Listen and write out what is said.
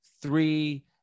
three